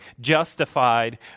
justified